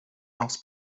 aus